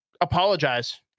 apologize